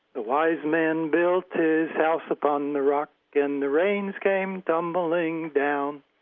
the wise man built his house upon the rock, and the rains came tumbling down.